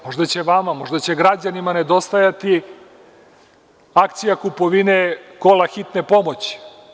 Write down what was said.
Možda će vama, možda će građanima nedostajati akcija kupovine kola hitne pomoći.